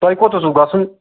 تۄہہِ کوٚت اوسوٕ گژھُن